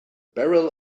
barrel